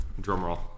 Drumroll